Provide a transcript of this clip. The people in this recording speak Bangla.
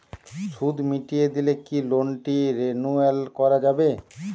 সুদ মিটিয়ে দিলে কি লোনটি রেনুয়াল করাযাবে?